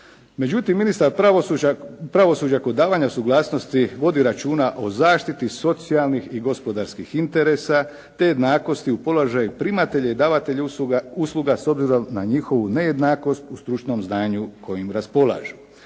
Međutim, ministar pravosuđa kod davanja suglasnosti vodi računa o zaštiti socijalnih i gospodarskih interesa te jednakosti u položaj primatelj i davatelj usluga s obzirom na njihovu nejednakost u stručnom znanju kojim raspolažu.